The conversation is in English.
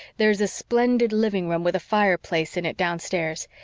there's a splendid living room with a fireplace in it downstairs,